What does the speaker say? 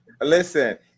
Listen